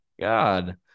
God